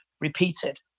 repeated